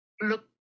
look